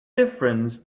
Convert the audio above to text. difference